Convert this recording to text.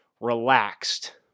relaxed